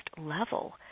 level